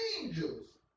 angels